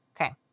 Okay